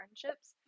friendships